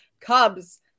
Cubs